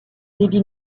débit